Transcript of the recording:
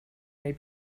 may